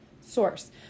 source